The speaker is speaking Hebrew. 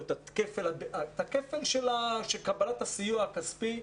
כפל בקבלת הסיוע הכספי,